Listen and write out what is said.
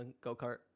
go-kart